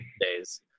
days